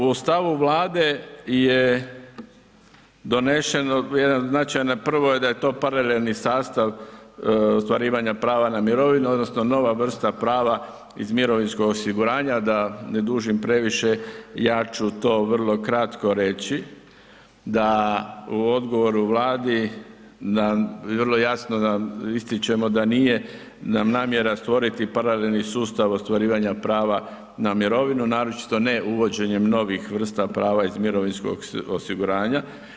U stavu Vlade je donešeno, značajno je prvo da je to paralelni sastav ostvarivanja prava na mirovinu odnosno nova vrsta prava iz mirovinskog osiguranja, da ne dužim previše ja ću to vrlo kratko reći, da u odgovoru Vladi vrlo jasno ističemo da nije nam namjera stvoriti paralelni sustav ostvarivanja prava na mirovinu naročito ne uvođenjem novih vrsti prava iz mirovinskog osiguranja.